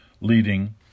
leading